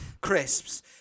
crisps